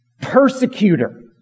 persecutor